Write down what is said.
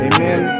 Amen